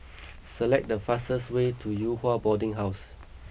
select the fastest way to Yew Hua Boarding House